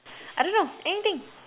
I don't know anything